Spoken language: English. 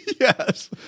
Yes